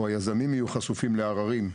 או היזמים יהיו חשופים, לעררים.